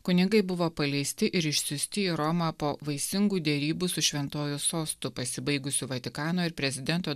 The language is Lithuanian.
kunigai buvo paleisti ir išsiųsti į romą po vaisingų derybų su šventuoju sostu pasibaigusiu vatikano ir prezidento